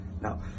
Now